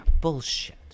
bullshit